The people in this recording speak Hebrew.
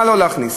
מה לא להכניס,